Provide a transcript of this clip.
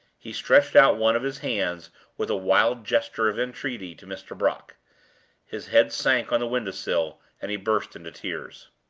he stretched out one of his hands with a wild gesture of entreaty to mr. brock his head sank on the window-sill and he burst into tears.